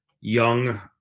young